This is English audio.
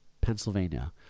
Pennsylvania